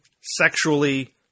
sexually